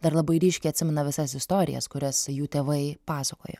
dar labai ryškiai atsimena visas istorijas kurias jų tėvai pasakoja